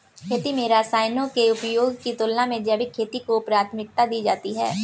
खेती में रसायनों के उपयोग की तुलना में जैविक खेती को प्राथमिकता दी जाती है